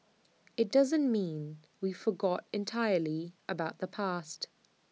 IT doesn't mean we forgot entirely about the past